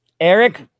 Eric